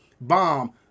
bomb